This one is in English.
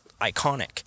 iconic